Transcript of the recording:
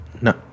no